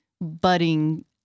budding